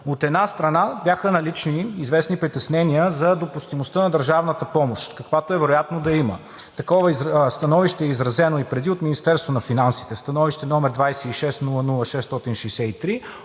От една страна бяха налични известни притеснения за допустимостта на държавната помощ, каквато е вероятно да има. Такова становище е изразено и преди от Министерството на финансите – Становище № 26-00-663